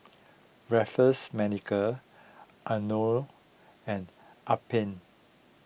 Raffles Medical Anello and Alpen